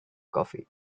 coffee